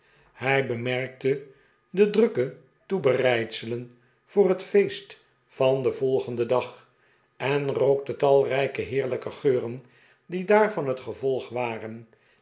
pickwick club bemerkte de drukke toebereidselen voor het feest van den volgenden dag en rook de talrijke heerlijke geuren die daarvan het gevolg waren